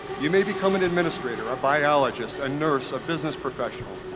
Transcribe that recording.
you may become an administrator, a biologist a nurse, a business professional,